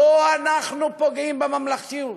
לא אנחנו פוגעים בממלכתיות,